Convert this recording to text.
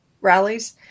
rallies